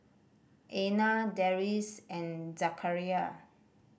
Aina Deris and Zakaria